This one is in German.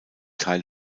teil